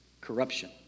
corruption